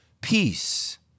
peace